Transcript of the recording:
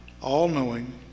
all-knowing